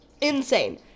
Insane